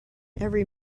every